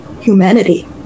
humanity